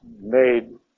made